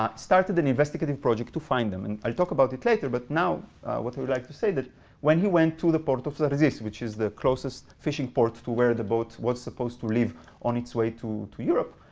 um started an investigative project to find them. and i'll talk about it later. but now what i would like to say that when he went to the port of zarzis, which is the closest fishing port to where the boat was supposed to leave on its way to to europe,